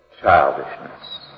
childishness